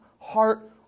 heart